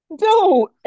No